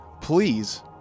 please